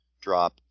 drop